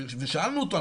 ושאלנו אותו,